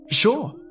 Sure